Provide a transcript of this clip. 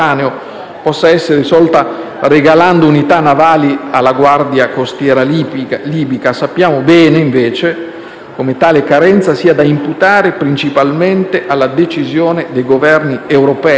possa essere risolta regalando unità navali alla Guardia costiera libica. Sappiamo bene, invece, come tale carenza sia da imputare principalmente alla decisione dei Governi europei,